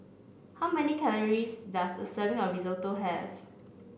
how many calories does a serving of Risotto have